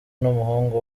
n’umuhungu